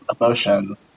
emotion